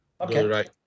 Okay